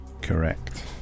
Correct